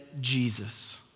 Jesus